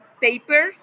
paper